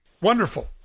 Wonderful